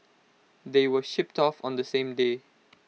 they were shipped off on the same day